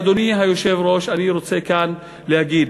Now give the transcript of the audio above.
אדוני היושב-ראש, אני רוצה כאן להגיד: